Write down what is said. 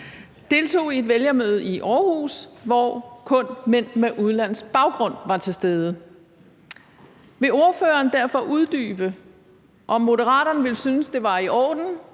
deltog i et vælgermøde i Aarhus, hvor kun mænd med udenlandsk baggrund var til stede. Vil ordføreren derfor uddybe, om Moderaterne ville synes, at det var i orden,